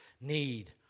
need